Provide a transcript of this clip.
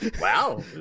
wow